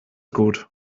gut